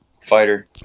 fighter